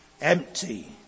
empty